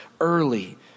early